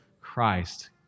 christ